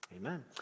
amen